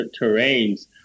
terrains